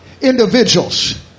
individuals